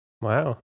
Wow